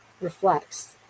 reflects